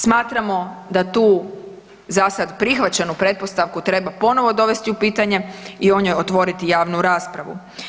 Smatramo da tu zasad prihvaćenu pretpostavku treba ponovo dovesti u pitanje i o njoj otvoriti javnu raspravu.